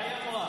מה היא אמרה?